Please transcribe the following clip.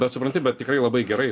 bet supranti bet tikrai labai gerai